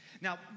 Now